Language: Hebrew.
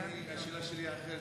השאלה שלי היא אחרת,